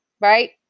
right